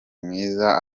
mwiza